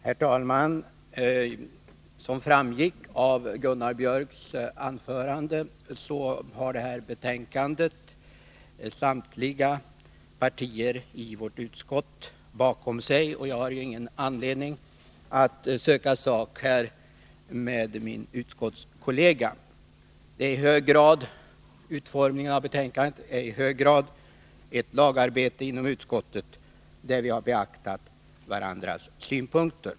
Herr talman! Som framgick av Gunnar Biörcks anförande, har det här betänkandet samtliga partier i vårt utskott bakom sig, och jag har ingen anledning att söka sak med min utskottskollega. Utformningen av betänkandet är i hög grad ett lagarbete inom utskottet, där vi har beaktat varandras synpunkter.